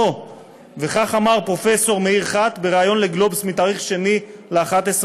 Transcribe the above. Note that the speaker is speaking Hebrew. וכך אמר פרופסור מאיר חת בריאיון ל"גלובס" ב-2 בנובמבר